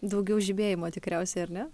daugiau žibėjimo tikriausiai ar ne